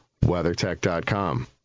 WeatherTech.com